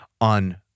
on